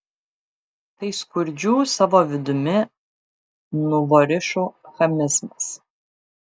tai skurdžių savo vidumi nuvorišų chamizmas